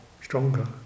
stronger